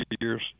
years